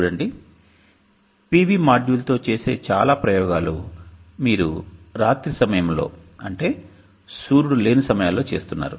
చూడండి PV మాడ్యూల్తో చేసే చాలా ప్రయోగాలు మీరు రాత్రి సమయంలో అంటే సూర్యుడు లేని సమయాల్లో చేస్తున్నారు